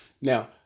Now